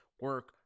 Work